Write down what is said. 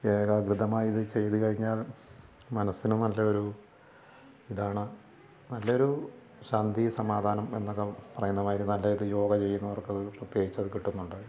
ഏകാഗ്രതമായി ഇത് ചെയ്തു കഴിഞ്ഞാൽ മനസ്സിന് നല്ല ഒരു ഇതാണ് നല്ലൊരു ശാന്തി സമാധാനം എന്നൊക്കെ പറയുന്ന മാതിരി നല്ലൊരു യോഗ ചെയ്യുന്നവർക്ക് അത് പ്രത്യേകിച്ച് അത് കിട്ടുന്നുണ്ട്